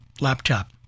laptop